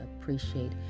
appreciate